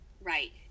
Right